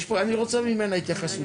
אני רוצה ממנה התייחסות.